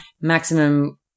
maximum